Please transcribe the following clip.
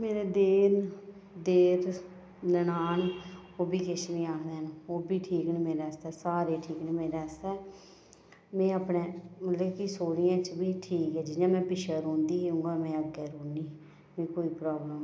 मेरे देर न देर ननान उब्बी किश नि आखदे हैन उब्बी ठीक न मेरे आस्तै सारे ठीक न मेरे आस्तै में अपने मतलब कि सौह्रिये च बी ठीक ऐ जियां में पिच्छे रौंह्दी ही उ'आं में अग्गें रौह्नी मी कोई प्राब्लम नि ऐ